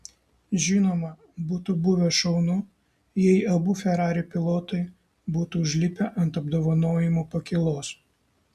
žinoma būtų buvę šaunu jei abu ferrari pilotai būtų užlipę ant apdovanojimų pakylos